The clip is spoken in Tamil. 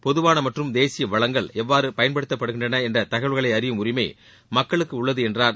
பொதுவான மற்றும் தேசிய வளங்கள் எவ்வாறு பயன்படுத்தப்படுகின்றன என்ற தகவல்களை அறியும் உரிமை மக்களுக்கு உள்ளது என்றார்